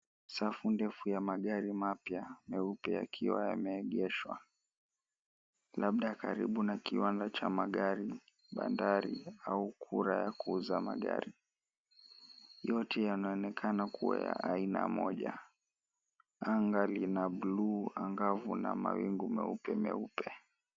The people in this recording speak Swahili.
Safu ndefu ya magari mapya meupe yakiwa yameegeshwa. Labda karibu na kiwanda cha magari, bandari au kura ya kuuza magari. Yote yanaonekana kuwa ya aina moja. Anga lina bluu angavu na mawingu meupe meupe.